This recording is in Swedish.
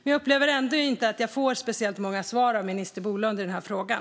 Men jag upplever ändå inte att jag får speciellt många svar av minister Bolund i den här frågan.